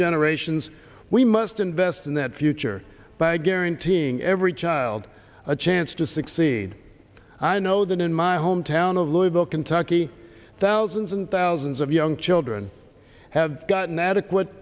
generations we must invest in that future by guaranteeing every child a chance to succeed i know that in my hometown of louisville kentucky thousands and thousands of young children have gotten adequate